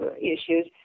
issues